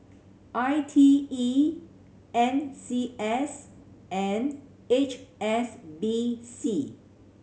I T E N C S and H S B C